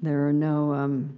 there are no um